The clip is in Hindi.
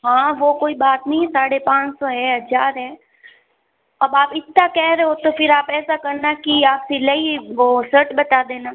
हाँ वो कोई बात नहीं है साढ़े पाँच सौ है हजार है अब आप इतना कह रहे हो तो फिर आप ऐसा करना कि आप सिलाई वो शर्ट बता देना